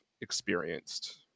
experienced